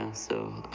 ah so,